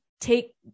take